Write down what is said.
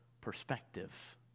perspective